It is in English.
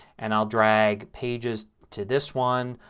and i'll drag pages to this one.